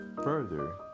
further